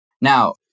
Now